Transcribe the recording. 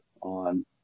on